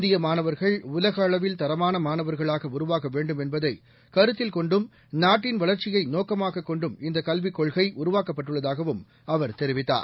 இந்தியமாணவர்கள் உலகஅளவில் தரமானமாணவர்களாகஉருவாகவேண்டும் என்பதைகருத்தில் கொண்டும் நாட்டின் வளர்ச்சியைநோக்கமாகக் கொண்டும் இந்தக் கல்விக் கொள்கைஉருவாக்கப்பட்டுள்ளதாகவும் அவர் தெரிவித்தார்